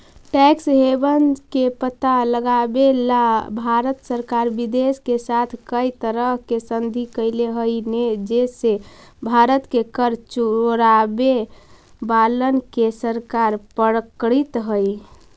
tax haven के पता लगावेला भारत सरकार विदेश के साथ कै तरह के संधि कैले हई जे से भारत के कर चोरावे वालन के सरकार पकड़ित हई